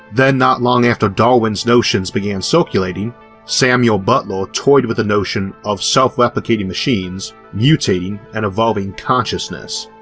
then not long after darwin's notions began circulating samuel butler toyed with the notion of self-replicating machines mutating and evolving consciousness.